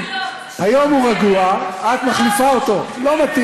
טוב, חברת הכנסת מיכל רוזין, מספיק.